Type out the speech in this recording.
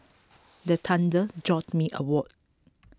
the thunder jolt me awoke